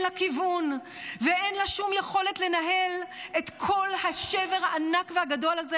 לה כיוון ואין לה שום יכולת לנהל את כל השבר הענק והגדול הזה?